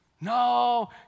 No